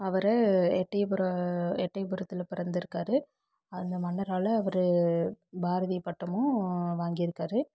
அவர் எட்டயபுரம் எட்டயபுரத்தில் பிறந்திருக்காரு அந்த மன்னரால் அவர் பாரதி பட்டமும் வாங்கிருக்கார்